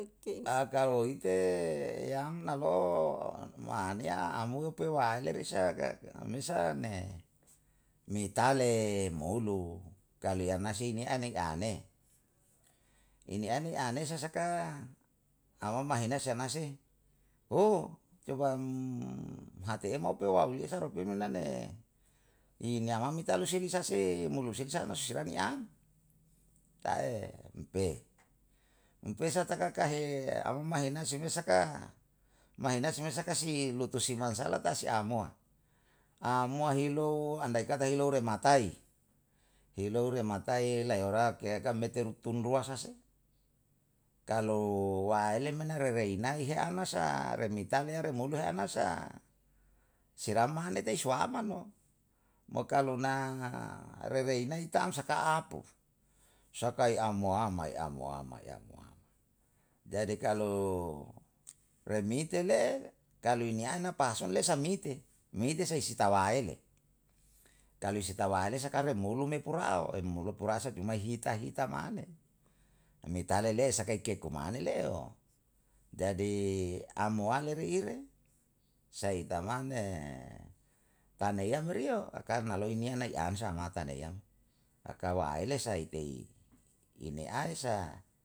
Ke inaka elo hike yam na lo ma'aniya amoi pe wale i sahe kiya kiya misal ne, ni tale moulu kaleanase nei ane anei, linei ane anei sasaka awam mahinae si ana sei? coba hatuemau pe wailisa upe mena ne, i ngalami kalu se lisa sei mo loulu le sala sisilaniya, na e um pe. Um pe sak kaka amumma he hina sei me saka? Mahinae samua si saka si lutu si mansalata si a mo. A mua hilou andai kata hilou riya matai. Hilou riya matai lae raeke keya metem utun rua sa seng, kalu waelen me na rerei inae he ana sa ren ni taneya ren monuhana sa. Selama ne tei sua aman mo kalu na rerei nai ta am saka apu. Sakae amoa mae amoa mae amoama. Jadi kalu renite le'e kaliniana pasun le sarmite, mite sei si tawaele, kalu si tawaele saka remmulu me pura ao, em mulur purasa cuma hita hita mane. Um me tale le sake ke kuma ale le'e jadi am wale riye re, sei tan lame tanei yam meri karna loi nia anai am samata neiyam. kalu ai le sai tei ine aisa